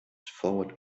forward